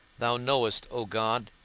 thou knowest, o god,